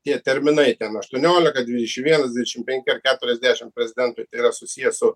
tie terminai ten aštuoniolika dvidešim vienas dvidešim penki ar keturiasdešim prezidentui tai yra susiję su